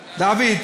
דוד.